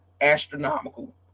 astronomical